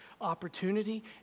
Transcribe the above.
opportunity